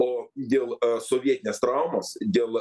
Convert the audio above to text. o dėl sovietinės traumos dėl